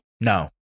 No